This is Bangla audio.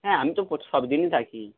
হ্যাঁ আমি তো সবদিনই থাকি